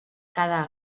cada